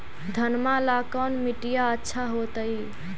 घनमा ला कौन मिट्टियां अच्छा होतई?